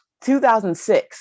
2006